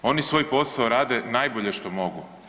Oni svoj posao rade najbolje što mogu.